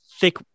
thick